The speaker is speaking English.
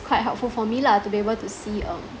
quite helpful for me lah to be able to see um